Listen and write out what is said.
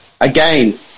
again